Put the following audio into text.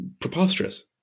Preposterous